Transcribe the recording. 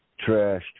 Trashed